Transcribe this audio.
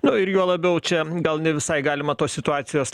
na ir juo labiau čia gal ne visai galima tos situacijos